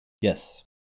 Yes